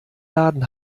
laden